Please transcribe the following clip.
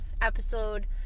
episode